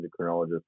endocrinologist